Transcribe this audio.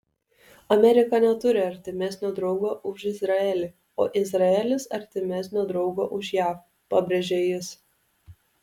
amerika neturi artimesnio draugo už izraelį o izraelis artimesnio draugo už jav pabrėžė jis